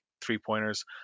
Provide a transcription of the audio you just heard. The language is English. three-pointers